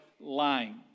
lying